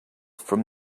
from